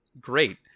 Great